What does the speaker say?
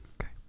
Okay